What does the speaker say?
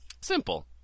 Simple